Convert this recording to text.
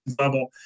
Level